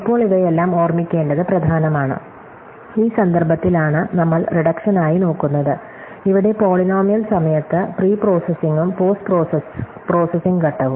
ഇപ്പോൾ ഇവയെല്ലാം ഓർമിക്കേണ്ടത് പ്രധാനമാണ് ഈ സന്ദർഭത്തിലാണ് നമ്മൾ റിഡക്ഷനായി നോക്കുന്നത് ഇവിടെ പോളിനോമിയൽ സമയത്ത് പ്രീപ്രോസസിംഗും പോസ്റ്റ് പ്രോസസ്സിംഗ് ഘട്ടവും